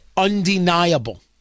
Undeniable